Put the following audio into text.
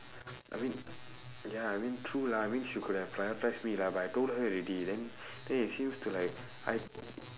I mean ya I mean true lah I mean she could have prioritised me lah but I told her already then then it seems to like I